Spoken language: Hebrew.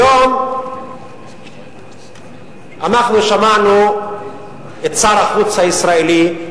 היום אנחנו שמענו את שר החוץ הישראלי,